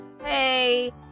hey